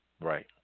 Right